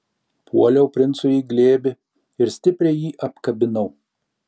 puoliau princui į glėbį ir stipriai jį apkabinau